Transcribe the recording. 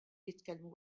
jitkellmu